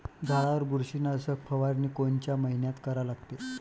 झाडावर बुरशीनाशक फवारनी कोनच्या मइन्यात करा लागते?